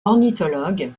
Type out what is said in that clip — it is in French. ornithologue